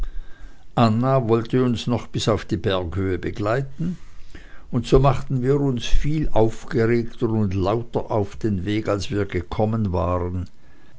anna wollte uns noch bis auf die berghöhe begleiten und so machten wir uns viel aufgeregter und lauter auf den weg als wir gekommen waren